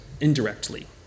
indirectly